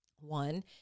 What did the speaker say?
One